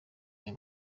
aya